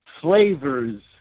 flavors